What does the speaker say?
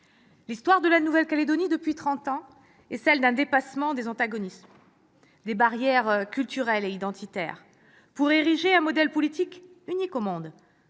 L'histoire de la Nouvelle-Calédonie, depuis trente ans, est celle d'un dépassement des antagonismes, des barrières culturelles et identitaires, pour ériger un modèle politique unique au monde.